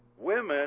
women